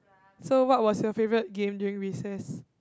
so what was your favourite game during recess